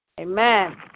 Amen